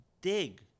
dig